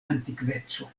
antikveco